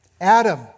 Adam